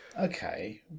Okay